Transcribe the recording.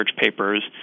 papers